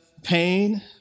pain